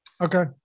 Okay